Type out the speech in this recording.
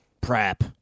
Prep